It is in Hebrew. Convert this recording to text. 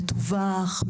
מתווך,